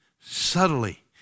subtly